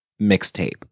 mixtape